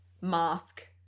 mask